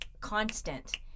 constant